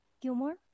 Gilmore